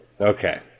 Okay